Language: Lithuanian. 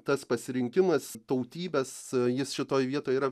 tas pasirinkimas tautybės jis šitoj vietoj yra